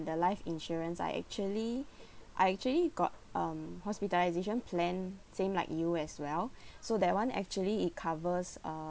the life insurance I actually I actually got um hospitalisation plan same like you as well so that [one] actually it covers uh